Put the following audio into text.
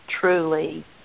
truly